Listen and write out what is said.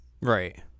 right